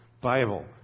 Bible